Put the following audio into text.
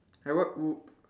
I